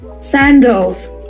Sandals